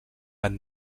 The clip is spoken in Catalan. van